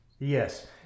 Yes